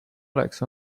oleks